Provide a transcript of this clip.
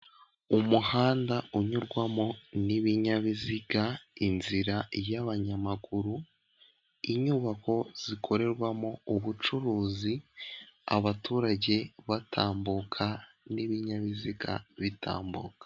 Umuhanda unyurwamo n'ibinyabiziga inzira y'abanyamaguru inyubako zikorerwamo ubucuruzi abaturage batambuka n'ibinyabiziga bitambuka.